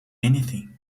anything